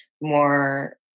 more